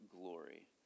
glory